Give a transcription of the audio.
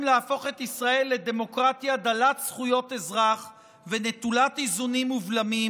להפוך את ישראל לדמוקרטיה דלת זכויות אזרח ונטולת איזונים ובלמים.